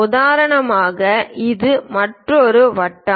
உதாரணமாக இது மற்றொரு வட்டம்